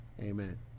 Amen